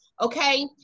Okay